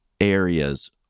areas